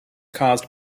caused